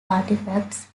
artifacts